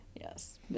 Yes